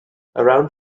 around